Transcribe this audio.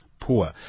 Poor